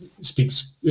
speaks